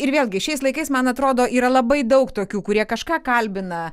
ir vėlgi šiais laikais man atrodo yra labai daug tokių kurie kažką kalbina